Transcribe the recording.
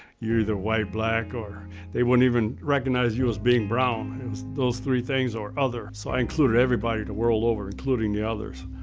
you're either white, black, or they wouldn't even recognize you as being brown. it was those three things or other, so i include everybody the world over, including the others.